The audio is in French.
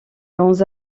dans